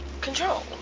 control